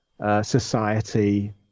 society